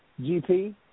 GP